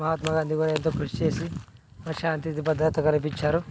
మహాత్మా గాంధీ ఎంతో కృషి చేసి శాంతిభద్రత కల్పించారు